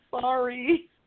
sorry